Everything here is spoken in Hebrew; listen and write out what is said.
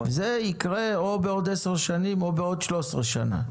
זה יקרה או בעוד עשר שנים או בעוד 13 שנה,